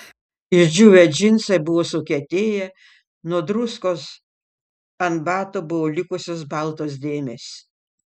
išdžiūvę džinsai buvo sukietėję nuo druskos ant batų buvo likusios baltos dėmės